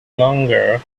longer